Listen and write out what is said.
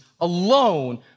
alone